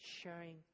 sharing